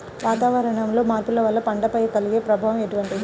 వాతావరణంలో మార్పుల వల్ల పంటలపై కలిగే ప్రభావం ఎటువంటిది?